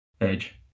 Edge